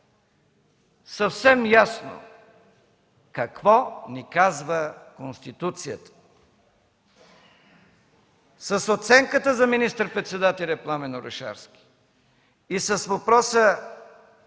съвсем ясно какво ни казва Конституцията. С оценката за министър-председателя Пламен Орешарски и с въпроса